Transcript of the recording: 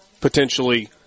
potentially